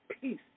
peace